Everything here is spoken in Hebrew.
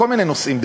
בכל מיני נושאים,